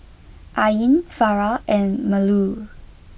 Ain Farah and Melur